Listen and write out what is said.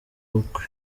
ubukwe